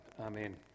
Amen